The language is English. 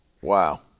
Wow